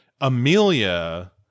Amelia